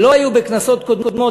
שלא היו בכנסות קודמות,